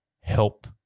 help